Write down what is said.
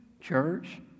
church